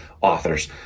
authors